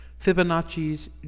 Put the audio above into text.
Fibonacci's